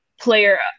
Player